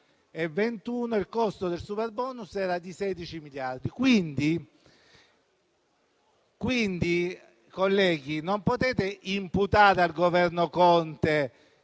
il costo del superbonus era di 16 miliardi. Quindi, colleghi, non potete imputare al Governo Conte